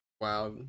Wow